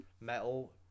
metal